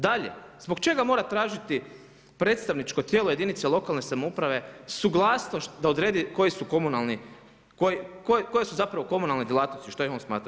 Dalje, zbog čega mora tražiti predstavničko tijelo jedinice lokalne samouprave, suglasnost da odredi koji su komunalni, koje su zapravo komunalne djelatnosti koje on smatra?